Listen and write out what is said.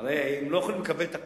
הרי אם לא יכולים לקבל את הכול,